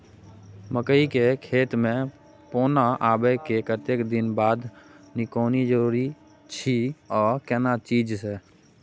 मकई के खेत मे पौना आबय के कतेक दिन बाद निकौनी जरूरी अछि आ केना चीज से?